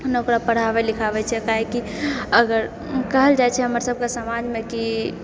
नऽ ओकरा पढ़ाबै लिखाबै छै काहेकि अगर कहल जाइ छै हमरसभक समाजमे कि